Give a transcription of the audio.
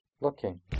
looking